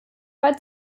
bei